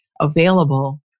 available